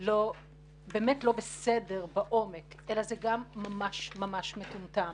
לא בסדר בעומק אלא זה גם ממש מטומטם,